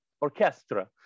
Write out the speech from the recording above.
orchestra